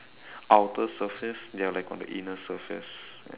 outer surface they are like on the inner surface